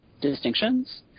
distinctions